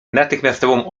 natychmiastową